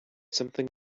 something